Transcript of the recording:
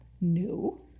No